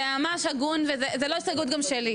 זה ממש הגון, וזוהי גם לא הסתייגות שלי.